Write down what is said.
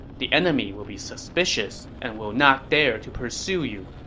the enemy will be suspicious and will not dare to pursue you.